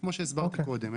כמו שהסברתי קודם.